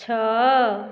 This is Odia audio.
ଛଅ